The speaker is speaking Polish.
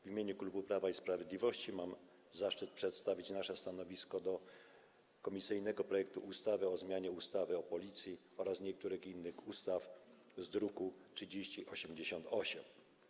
W imieniu klubu Prawo i Sprawiedliwość mam zaszczyt przedstawić nasze stanowisko wobec komisyjnego projektu ustawy o zmianie ustawy o Policji oraz niektórych innych ustaw z druku nr 3088.